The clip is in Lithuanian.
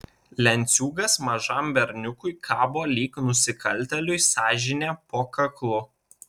lenciūgas mažam berniukui kabo lyg nusikaltėliui sąžinė po kaklu